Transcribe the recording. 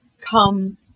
come